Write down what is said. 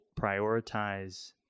prioritize